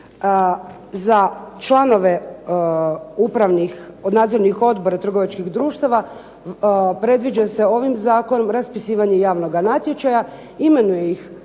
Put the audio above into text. Za članove upravnih, nadzornih odbora trgovačkih društava predviđa se ovim zakonom raspisivanje javnoga natječaja, imenuje ih